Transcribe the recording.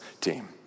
team